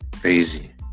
Crazy